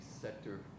sector